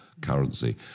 currency